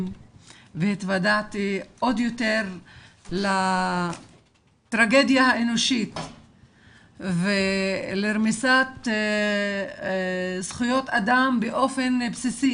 והתוודעתי עוד יותר לטרגדיה האנושית ולרמיסת זכויות אדם באופן בסיסי